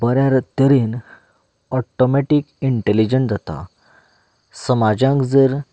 बऱ्या तरेन automatic intelligence जाता समाजाक जर